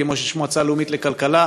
כמו שיש מועצה לאומית לכלכלה,